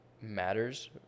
matters